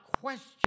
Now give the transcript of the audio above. question